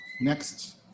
Next